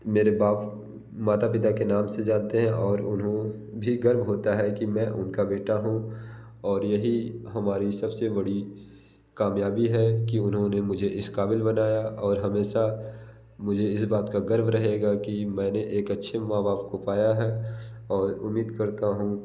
मेरे बाप माता पिता के नाम से जानते हैं और उन्हें भी गर्व होता है कि मैं उनका बेटा हूँ और यही हमारी सब से बड़ी कामयाबी है कि उन्होंने मुझे इस क़ाबिल बनाया और हमेशा मुझे इस बात का गर्व रहेगा कि मैंने एक अच्छे माँ बाप को पाया है और उम्मीद करता हूँ